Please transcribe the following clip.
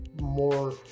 more